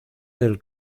del